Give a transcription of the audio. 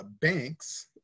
banks